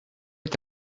est